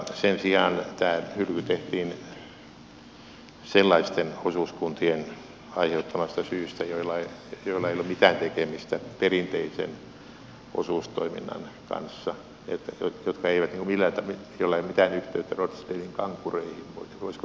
sen sijaan tämä hylky tehtiin sellaisten osuuskuntien aiheuttamasta syystä joilla ei ole mitään tekemistä perinteisen osuustoiminnan kanssa joilla ei ole mitään yhteyttä rochdalen kankureihin voisiko näin sanoa tässä